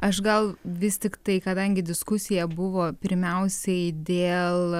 aš gal vis tiktai kadangi diskusija buvo pirmiausiai dėl